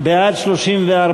בעד, 34,